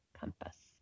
compass